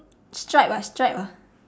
stripe ah stripe ah